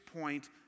point